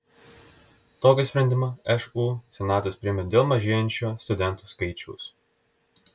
tokį sprendimą šu senatas priėmė dėl mažėjančio studentų skaičiaus